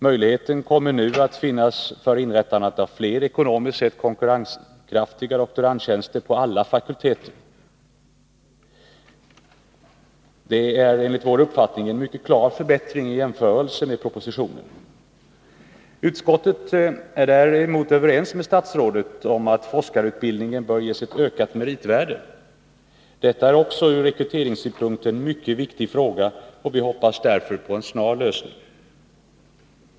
Möjligheter kommer nu att finnas till inrättande av fler ekonomiskt sett konkurrenskraftiga doktorandtjänster på alla fakulteter. Det är enligt vår uppfattning en mycket klar förbättring i jämförelse med propositionen. Utskottet instämmer däremot med statsrådet om att forskarutbildningen bör ges ett ökat meritvärde. Detta är också ur rekryteringssynpunkt en mycket viktig fråga, och vi hoppas därför på en snar lösning.